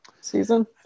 season